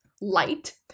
light